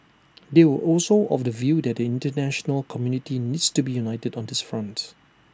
they were also of the view that the International community needs to be united on this front